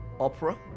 Opera